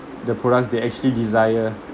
the products they actually desire